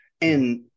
And-